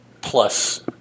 plus